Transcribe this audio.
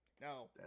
now